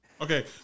okay